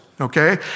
Okay